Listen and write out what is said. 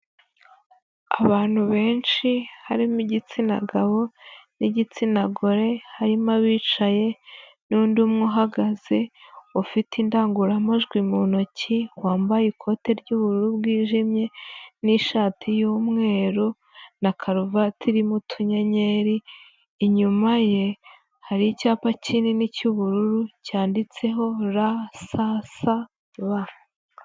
Abantu benshi harimo igitsina gabo n'igitsina gore, harimo abicaye n'undi umwe uhagaze, ufite indangururamajwi mu ntoki, wambaye ikote ry'ubururu bwijimye n'ishati y'umweru na karuvati irimo utunyenyeri, inyuma ye, hari icyapa kinini cy'ubururu cyanditseho RSSB.